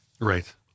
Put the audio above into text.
Right